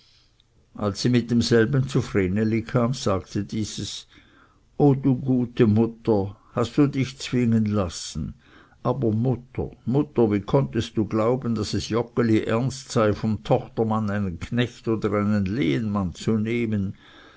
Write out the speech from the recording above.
als sie mit demselben zu vreneli kam sagte dieses o du gute mutter hast du dich zwingen lassen aber mutter mutter wie konntest du glauben daß es joggeli ernst sei vom tochtermann einen knecht oder einen lehenmann zu nehmen